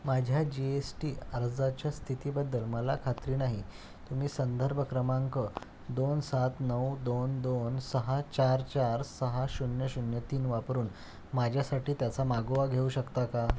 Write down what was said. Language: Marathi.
माझ्या जी एस टी अर्जाच्या स्थितीबद्दल मला खात्री नाही तुम्ही संदर्भ क्रमांक दोन सात नऊ दोन दोन सहा चार चार सहा शून्य शून्य तीन वापरून माझ्यासाठी त्याचा मागोवा घेऊ शकता का